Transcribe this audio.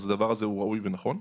אז הדבר הזה הוא ראוי ונכון.